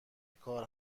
کار